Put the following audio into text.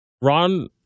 Ron